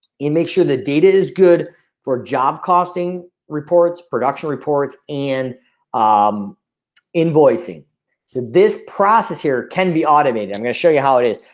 and make sure the data is good for job costing reports production reports and um invoicing so this process here can be automated. i'm gonna show you how it is,